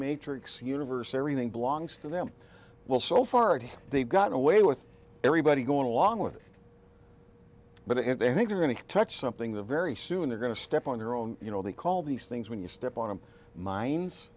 matrix universe everything belongs to them well so far they've gotten away with everybody going along with but if they think they're going to touch something that very soon they're going to step on their own you know they call these things when you step on